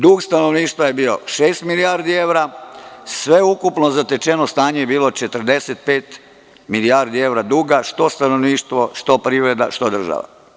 Dug stanovništva je bio 6 milijardi evra, sve ukupno zatečeno stanje je bilo 45 milijardi evra duga što stanovništvo, što privreda, što država.